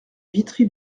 vitry